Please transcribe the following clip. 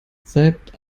seit